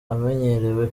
amenyerewe